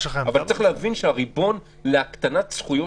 אבל צריך להבין שהריבון להקטנת זכויות